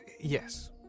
yes